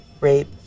rape